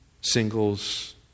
singles